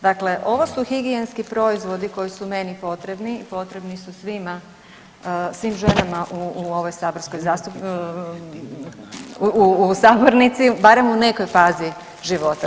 Dakle, ovo su higijenski proizvodi koji su meni potrebni, potrebni su svim ženama u ovoj saborskoj, u sabornici barem u nekoj fazi života.